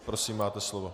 Prosím, máte slovo.